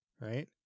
right